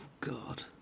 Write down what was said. god